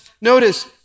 notice